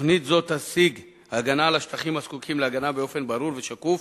תוכנית זו תשיג הגנה על השטחים הזקוקים להגנה באופן ברור ושקוף